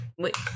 Wait